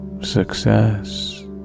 success